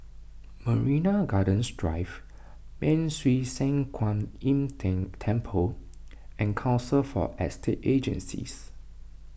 Marina Gardens Drive Ban Siew San Kuan Im Tng Temple and Council for Estate Agencies